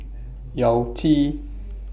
Yao Zi